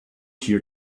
here